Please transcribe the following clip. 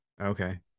Okay